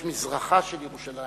יש מזרחה של ירושלים.